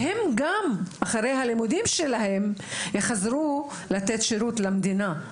הסטודנטים הללו יחזרו אחרי לימודיהם לתת שירות למדינה.